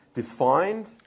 defined